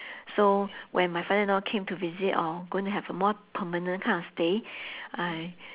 so when my father in law came to visit or going to have a more permanent kind of stay I